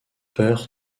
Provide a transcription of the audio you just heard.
peur